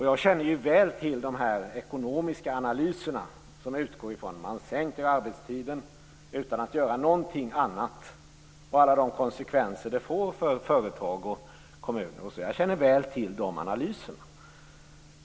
Jag känner väl till de ekonomiska analyser om vad som händer om man sänker arbetstiden utan att göra någonting annat och alla de konsekvenser som det får för företag och kommuner. Jag känner väl till de analyserna.